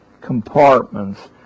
compartments